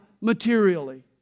materially